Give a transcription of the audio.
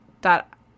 that-